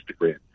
Instagram